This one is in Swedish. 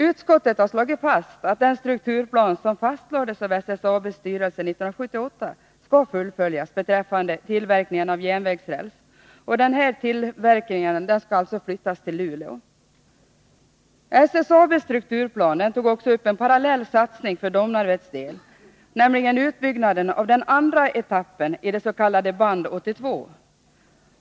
Utskottet har slagit fast att den strukturplan som fastlades av SSAB:s styrelse 1978 skall fullföljas beträffande tillverkningen av järnvägsräls. Denna tillverkning skall alltså flyttas till Luleå. I SSAB:s strukturplan tog man också upp en parallell satsning för Domnarvets del, nämligen utbyggnaden av den andra etappen i det s.k. Band 82.